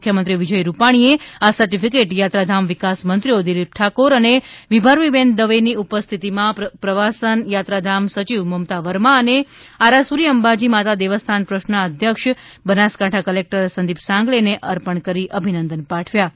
મુખ્યમંત્રી વિજય રૂપાણીએ આ સર્ટીફિકેટ યાત્રાધામ વિકાસ મંત્રીઓ દિલીપ ઠાકોર અને વિભાવરી દવેની ઉપસ્થિતિમાં પ્રવાસન યાત્રાધામ સચિવ મમતા વર્મા અને આરાસૂરી અંબાજી માતા દેવસ્થાન ટ્રસ્ટના અધ્યક્ષ બનાસકાંઠા કલેકટર સંદીપ સાંગલેને અર્પણ કરી અભિનંદન પાઠવ્યા હતા